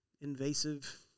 invasive